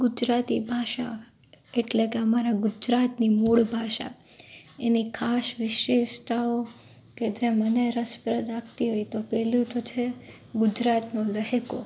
ગુજરાતી ભાષા એટલે કે અમારા ગુજરાતની મૂળ ભાષા એની ખાસ વિશેષતાઓ કે જે મને રસપ્રદ આપતી હોય તો પહેલું તો છે ગુજરાતનો લહેકો